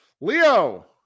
Leo